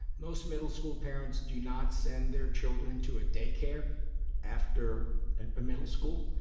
most middle school parents do not send their children to a daycare after and but middle school.